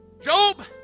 Job